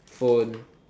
phone